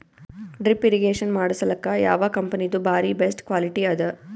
Drip irrigation ಮಾಡಸಲಕ್ಕ ಯಾವ ಕಂಪನಿದು ಬಾರಿ ಬೆಸ್ಟ್ ಕ್ವಾಲಿಟಿ ಅದ?